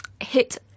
hit